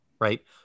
Right